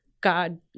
God